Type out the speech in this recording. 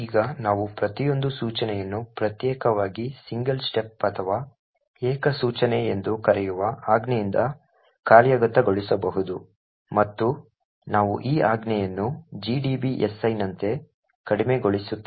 ಈಗ ನಾವು ಪ್ರತಿಯೊಂದು ಸೂಚನೆಯನ್ನು ಪ್ರತ್ಯೇಕವಾಗಿ single step ಅಥವಾ ಏಕ ಸೂಚನೆ ಎಂದು ಕರೆಯುವ ಆಜ್ಞೆಯಿಂದ ಕಾರ್ಯಗತಗೊಳಿಸಬಹುದು ಮತ್ತು ನಾವು ಈ ಆಜ್ಞೆಯನ್ನು gdb si ನಂತೆ ಕಡಿಮೆಗೊಳಿಸುತ್ತೇವೆ